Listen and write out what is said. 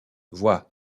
voit